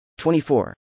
24